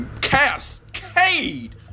cascade